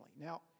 Now